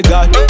God